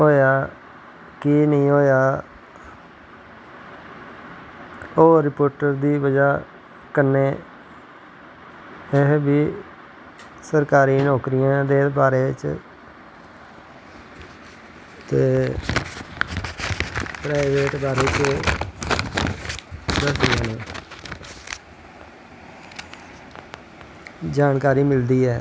होआ केह् नेंई होआ आउटपुट्ट दी बज़ह् कन्नैं अस बी सरकारी नौकरियां दे बारे च ते प्राईवेट बारे च जानकारी मिलदी ऐ